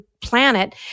planet